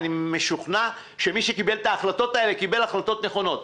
אני משוכנע שמי שקיבל את ההחלטות האלה קיבל החלטות נכונות.